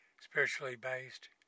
spiritually-based